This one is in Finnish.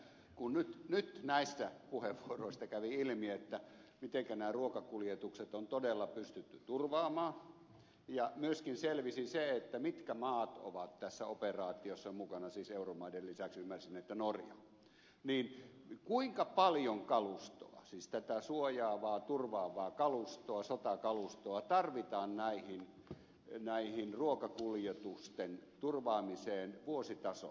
kun nyt näistä puheenvuoroista kävi ilmi mitenkä nämä ruokakuljetukset on todella pystytty turvaamaan ja myöskin selvisi se mitkä maat ovat tässä operaatiossa mukana siis euromaiden lisäksi ymmärsin että norja niin kuinka paljon kalustoa siis tätä suojaavaa turvaavaa kalustoa sotakalustoa tarvitaan näiden ruokakuljetusten turvaamiseen vuositasolla